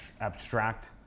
abstract